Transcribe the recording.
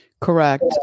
Correct